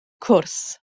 cwrs